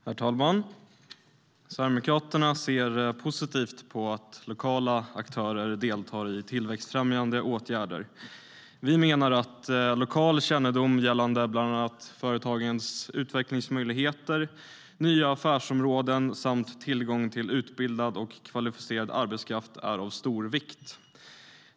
Herr talman! Sverigedemokraterna ser positivt på att lokala aktörer deltar i tillväxtfrämjande åtgärder. Lokal kännedom om bland annat företagens utvecklingsmöjligheter, nya affärsområden samt tillgång till utbildad och kvalificerad arbetskraft är av stor vikt.